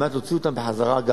על מנת להוציא אותם בחזרה אגב,